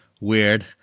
Weird